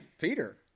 Peter